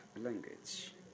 language